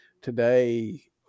today